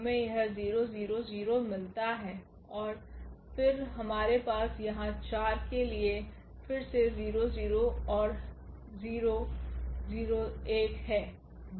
हमें यह 0 0 0 मिलता है और फिर हमारे पास यहाँ 4 के लिए फिर से 0 0 और 0 0 1 है